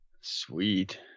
Sweet